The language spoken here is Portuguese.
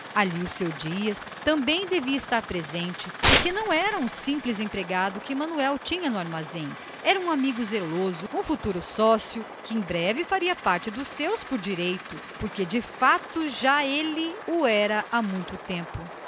ali o seu dias também devia ficar porque não representava um simples empregado que manuel tinha no armazém representava um colega zeloso um futuro sócio que em breve devia fazer parte dos seus por direito que de fato já o era havia muito tempo